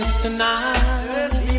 Tonight